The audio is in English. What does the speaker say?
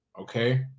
Okay